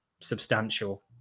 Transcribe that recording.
substantial